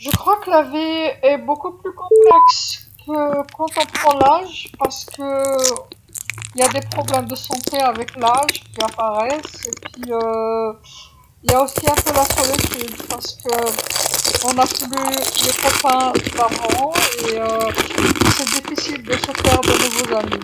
أعتقد أن الحياة أكثر تعقيدًا مما هي عليه عندما نتقدم في السن لأن هناك مشاكل صحية تظهر مع التقدم في السن، ثم هناك أيضًا بعض التحدي لأنه لم يعد لدينا أصدقاء من قبل، ويتعلق الأمر بتكوين صداقات جديدة.